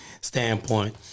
standpoint